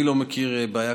אני לא מכיר בעיה,